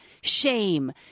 shame